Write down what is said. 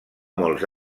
molts